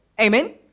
Amen